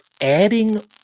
adding